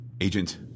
agent